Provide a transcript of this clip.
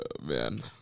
man